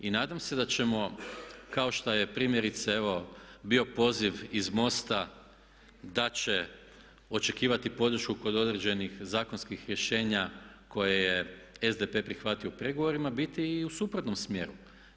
I nadam se da ćemo kao što je primjerice evo bio poziv iz MOST-a da će očekivati podršku kod određenih zakonskih rješenja koje je DDP prihvatio u pregovorima biti i u suprotnom smjeru.